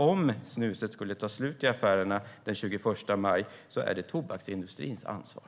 Om snuset skulle ta slut i affärerna den 21 maj är det därmed tobaksindustrins ansvar.